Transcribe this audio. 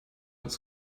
uns